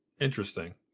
Interesting